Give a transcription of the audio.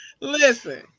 Listen